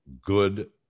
good